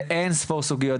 באין ספור סוגיות.